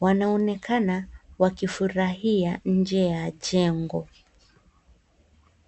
Wanaonekana wakifurahia nje ya jengo.